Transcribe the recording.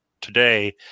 today